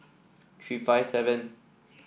three five seven